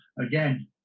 again